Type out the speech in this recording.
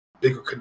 bigger